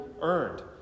earned